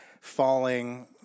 falling